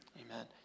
Amen